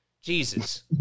Jesus